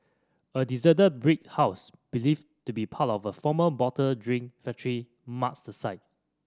a deserted brick house believed to be part of a former bottled drink factory marks the site